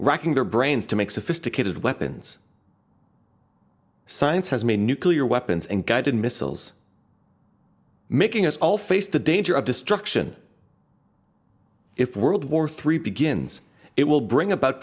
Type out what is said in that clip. racking their brains to make sophisticated weapons science has made nuclear weapons and guided missiles making us all face the danger of destruction if world war three begins it will bring about